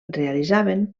realitzaven